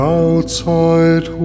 outside